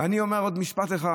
ואני אומר עוד משפט אחד